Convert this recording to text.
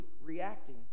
reacting